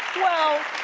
well,